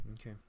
Okay